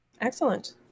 Excellent